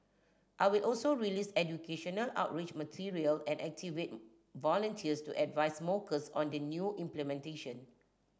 I will also release educational outreach material and activate volunteers to advise smokers on the new implementation